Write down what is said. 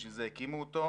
בשביל זה הקימו אותו.